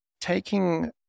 taking